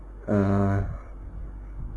err